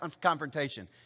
confrontation